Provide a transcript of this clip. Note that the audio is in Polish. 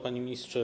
Panie Ministrze!